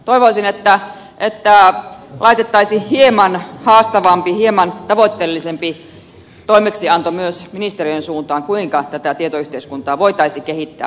toivoisin että laitettaisiin hieman haastavampi hieman tavoitteellisempi toimeksianto myös ministeriön suuntaan kuinka tätä tietoyhteiskuntaa voitaisiin kehittää vauhdikkaammin